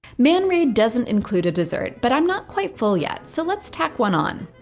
man ray doesn't include a dessert. but i'm not quite full yet. so let's tack one on.